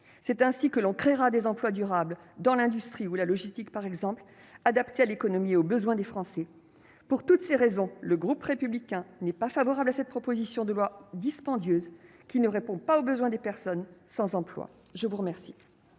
c'est ainsi que l'on créera des emplois durables dans l'industrie ou la logistique, par exemple, adapté à l'économie aux besoins des Français pour toutes ces raisons, le groupe républicain n'est pas favorable à cette proposition de loi dispendieuses qui ne répond pas aux besoins des personnes sans emploi, je vous remercie.